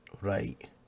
Right